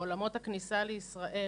בעולמות הכניסה לישראל,